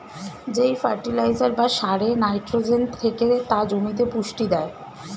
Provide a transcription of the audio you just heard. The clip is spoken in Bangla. যেই ফার্টিলাইজার বা সারে নাইট্রোজেন থেকে তা জমিতে পুষ্টি দেয়